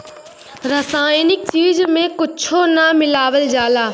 रासायनिक चीज में कुच्छो ना मिलावल जाला